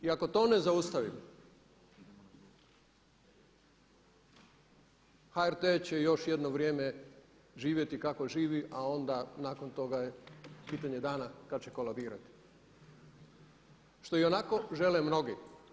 I ako to ne zaustavimo HRT će još jedno vrijeme živjeti kako živi a onda nakon toga je pitanje dana kada će kolabirati što ionako žele mnogi.